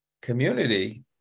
community